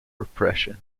repression